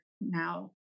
now